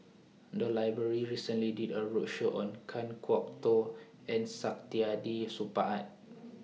The Library recently did A roadshow on Kan Kwok Toh and Saktiandi Supaat